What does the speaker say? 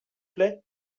plait